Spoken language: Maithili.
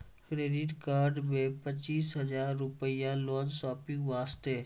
क्रेडिट कार्ड मे पचीस हजार हजार लोन शॉपिंग वस्ते?